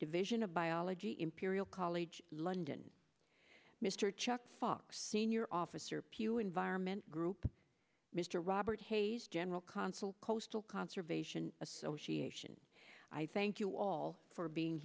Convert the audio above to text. division of biology imperial college london mr chuck fox senior officer pugh environment group mr robert hayes general consul coastal conservation association i thank you all for being